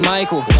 Michael